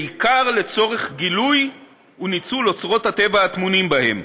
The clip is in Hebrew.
בעיקר לצורך גילוי וניצול אוצרות הטבע הטמונים בהם.